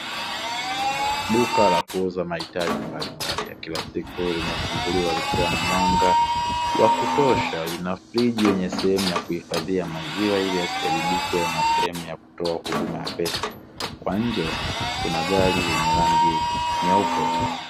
Duka la kuuza mahitaji mbalimbali ya kila siku limefunguliwa likiwa na mwanga wa kutosha. Lina friji yenye sehemu ya kuhifadhia maziwa ili yasiharibike, na sehemu ya kutoa huduma ya pesa. Kwa nje, kuna gari lenye rangi nyeupe.